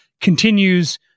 continues